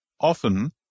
often